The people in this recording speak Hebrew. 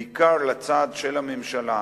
בעיקר לצד של הממשלה,